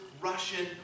Russian